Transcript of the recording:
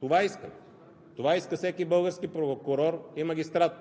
Това искам, това иска всеки български прокурор и магистрат.